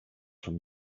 from